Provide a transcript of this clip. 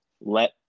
let